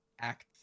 Act